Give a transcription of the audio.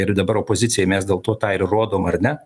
ir dabar opozicijai mes dėl to tą rodom ar ne